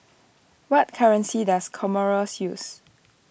what currency does Comoros use